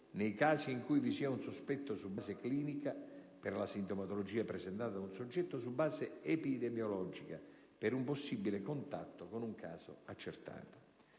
nei casi in cui vi sia un sospetto su base clinica (per la sintomatologia presentata da un soggetto) o su base epidemiologica (per un possibile contatto con un caso accertato).